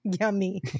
yummy